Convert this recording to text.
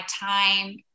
time